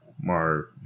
more